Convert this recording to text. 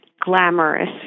glamorous